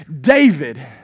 David